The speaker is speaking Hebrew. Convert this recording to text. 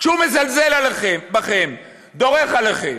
כשהוא מזלזל בכם, דורך עליכם.